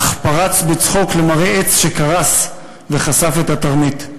אך פרץ בצחוק למראה עץ שקרס וחשף את התרמית.